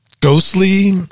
ghostly